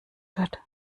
shirt